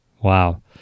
Wow